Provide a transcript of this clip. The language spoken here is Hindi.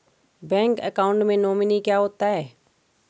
बैंक अकाउंट में नोमिनी क्या होता है?